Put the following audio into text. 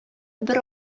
бер